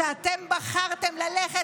שבה אתם בחרתם ללכת,